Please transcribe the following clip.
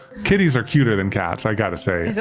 kitties are cuter than cats, i gotta say,